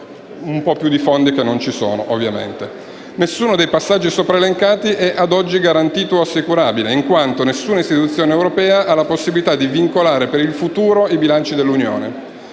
un po' più di fondi che ovviamente non ci sono. Nessuno dei passaggi sopraelencati è ad oggi garantito o assicurabile, in quanto nessuna istituzione europea ha la possibilità di vincolare per il futuro i bilanci dell'Unione.